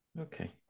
okay